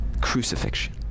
crucifixion